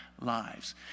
lives